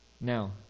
Now